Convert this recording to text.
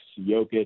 Jokic